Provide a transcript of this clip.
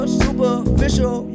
superficial